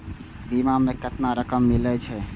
बीमा में केतना रकम मिले छै?